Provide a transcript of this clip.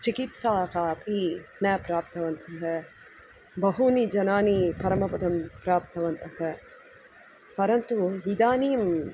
चिकित्साः अपि न प्राप्तवन्तः बहवः जनाः परमपदं प्राप्तवन्तः परन्तु इदानीम्